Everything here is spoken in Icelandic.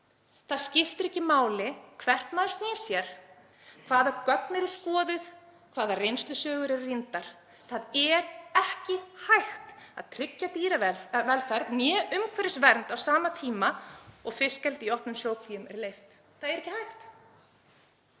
Það skiptir ekki máli hvert maður snýr sér, hvaða gögn eru skoðuð, hvaða reynslusögur eru rýndar, það er ekki hægt að tryggja dýravelferð né umhverfisvernd á sama tíma og fiskeldi í opnum sjókvíum er leyft. Það er ekki hægt.